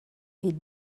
est